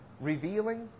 revealing